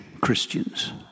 Christians